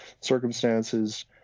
circumstances